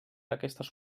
aquestes